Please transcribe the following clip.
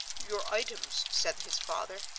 your items, said his father,